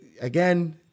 again